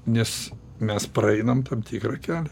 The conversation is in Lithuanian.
nes mes praeinam tam tikrą kelią